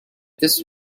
this